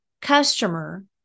customer